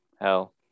Hell